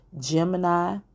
Gemini